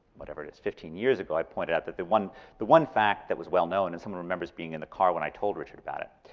whatever it is, fifteen years ago, i pointed out that the one the one fact that was well-known and someone remembers being in the car when i told richard about it,